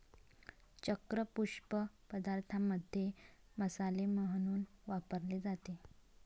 चक्र पुष्प पदार्थांमध्ये मसाले म्हणून वापरले जाते